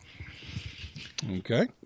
okay